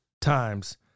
times